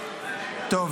טוב,